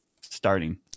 starting